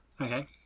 Okay